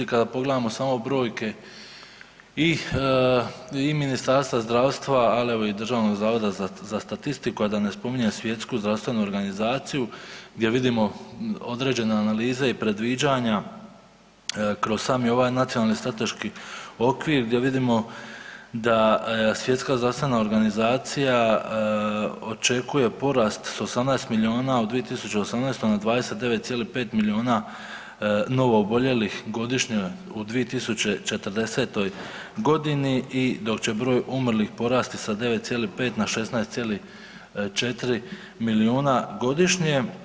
Kada pogledamo smo brojke i Ministarstva zdravstva, ali evo i Državnog zavoda za statistiku, a da ne spominjem Svjetsku zdravstvenu organizaciju gdje vidimo određene analize i predviđanja kroz sami ovaj nacionalni strateški okvir gdje vidimo da Svjetska zdravstvena organizacija očekuje porast s 18 miliona u 2018. na 29,5 miliona novooboljelih u 2040. godini i dok će broj umrlih porasti sa 9,5 na 16,4 miliona godišnje.